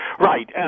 Right